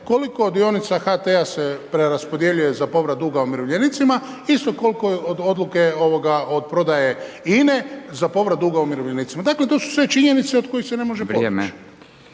koliko dionica HT-a se preraspodjeljuje za povrat duga umirovljenicima isto koliko od odluke od prodaje INA-e za povrat duga umirovljenicima. Dakle to su sve činjenice od kojih se ne može pobjeći.